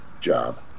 job